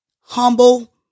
humble